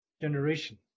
generation